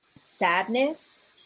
sadness